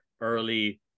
early